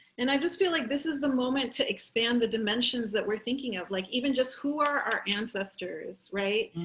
and i just feel like this is the moment to expand the dimensions that we're thinking of, like even just who are our ancestors. right?